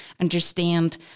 understand